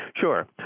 Sure